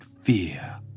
fear